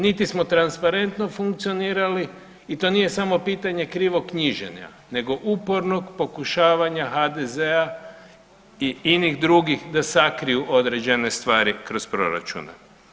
Niti smo transparentno funkcionirali i to nije samo pitanje krivog knjiženja, nego upornog pokušavanja HDZ-a i inih drugih da sakriju određene stvari kroz proračun.